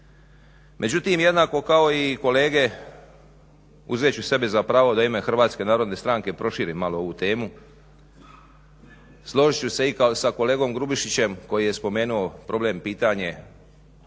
Međutim, jednako kao i kolege uzet ću sebi za pravo da u ime HNS-a proširim malo ovu temu. Složit ću se i sa kolegom Grubišićem koji je spomenuo problem pitanja